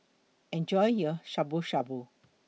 Enjoy your Shabu Shabu